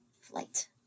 flight